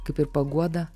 kaip ir paguoda